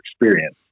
experience